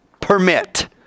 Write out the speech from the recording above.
permit